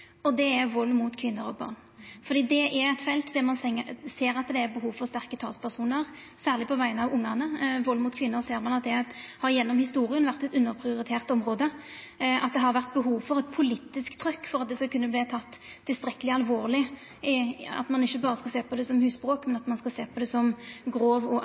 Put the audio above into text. og det er vald mot kvinner og barn, fordi det er eit felt der ein ser at det er behov for sterke talspersonar, særleg på vegner av ungane. Når det gjeld vald mot kvinner, ser ein at det gjennom historia har vore eit underprioritert område, at det har vore behov for eit politisk trykk for at det skal verta teke tilstrekkeleg alvorleg, at ein ikkje skal sjå på det berre som husbråk, men at ein skal sjå på det som grov og